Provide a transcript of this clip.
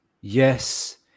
Yes